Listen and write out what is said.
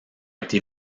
été